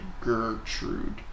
Gertrude